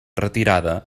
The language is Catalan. retirada